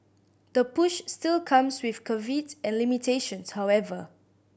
the push still comes with caveats and limitations however